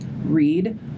read